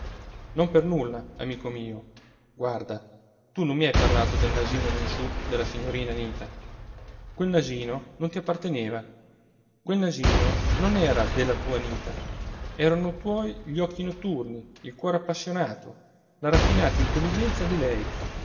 non per nulla amico mio guarda tu non mi hai parlato del nasino all'insù della signorina anita quel nasino non ti apparteneva quel nasino non era della tua anita erano tuoi gli occhi notturni il cuore appassionato la raffinata intelligenza di lei